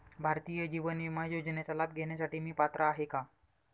भारतीय जीवन विमा योजनेचा लाभ घेण्यासाठी मी पात्र आहे का?